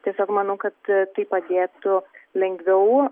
tiesiog manau kad tai padėtų lengviau